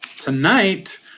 Tonight